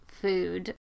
food